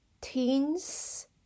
teens